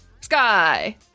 Sky